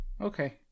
Okay